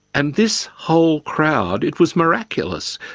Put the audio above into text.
and this whole crowd, it was miraculous,